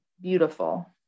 beautiful